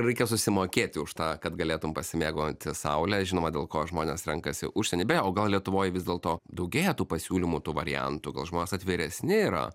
reikia susimokėti už tą kad galėtum pasimėgauti saule žinoma dėl ko žmonės renkasi užsienį beje o gal lietuvoj vis dėlto daugėja tų pasiūlymų tų variantų gal žmonės atviresni yra